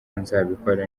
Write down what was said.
nzabikora